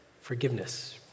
forgiveness